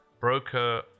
broker